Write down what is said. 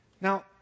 Now